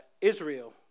Israel